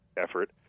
effort